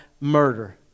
murder